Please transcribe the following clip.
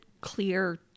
clear